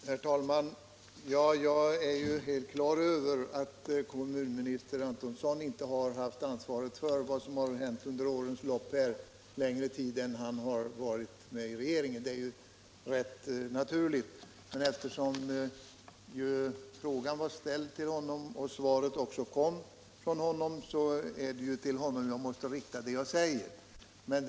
Herr talman! Jag är helt på det klara med att kommunminister Antonsson inte har haft ansvaret under längre tid än han varit med i regeringen, men eftersom frågan ställdes till honom och svaret också lämnades av honom, är det ju till honom jag måste rikta mina ord.